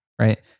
Right